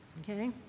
Okay